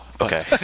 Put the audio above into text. okay